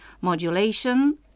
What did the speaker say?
Modulation